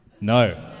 No